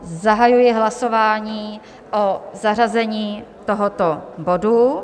Zahajuji hlasování o zařazení tohoto bodu.